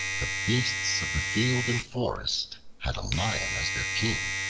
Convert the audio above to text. the beasts of the field and forest had a lion as their king.